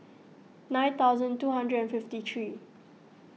nine thousand two hundred and fifty three